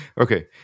Okay